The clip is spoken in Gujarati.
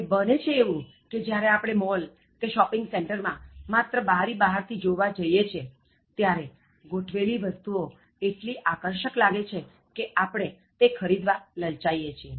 અને બને છે એવું કે જ્યારે આપણે મોલ કે શોપિંગ સેંટરમાં માત્ર બારી બહારથી જોવા જઇએ છીએ ત્યારે ગોઠવેલી વસ્તુઓ એટલી આકર્ષક લાગે છે કે આપણે તે ખરીદવા લલચાઇએ છીએ